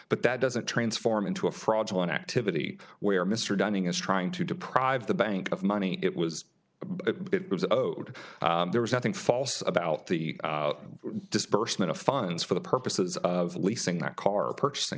but that doesn't transform into a fraudulent activity where mr dunning is trying to deprive the bank of money it was it was owed there was nothing false about the disbursement of funds for the purposes of leasing that car purchasing